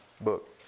book